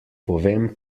povem